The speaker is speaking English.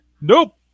Nope